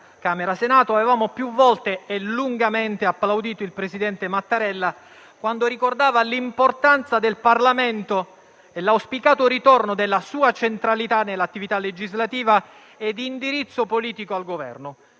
Camera e Senato, avevamo più volte e lungamente applaudito il presidente Mattarella, quando ricordava l'importanza del Parlamento e l'auspicato ritorno della sua centralità nell'attività legislativa e di indirizzo politico al Governo.